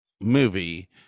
movie